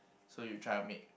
so you try to make